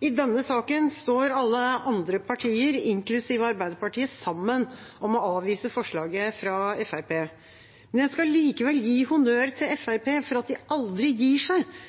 I denne saken står alle andre partier, inklusive Arbeiderpartiet, sammen om å avvise forslaget fra Fremskrittspartiet. Jeg skal likevel gi honnør til Fremskrittspartiet for at de aldri gir seg,